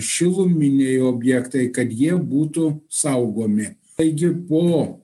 šiluminiai objektai kad jie būtų saugomi taigi po